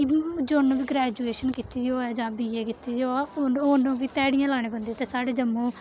कि जि'न्न बी ग्रैजुेशन कीती दी हौवै जां बी ए कीती होग उन्न उन्न बी ध्याड़ियां लाने पौंदियां ते साढ़े जम्मू